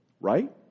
Right